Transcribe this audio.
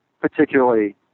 particularly